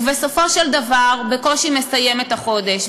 ובסופו של דבר בקושי מסיים את החודש,